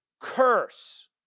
curse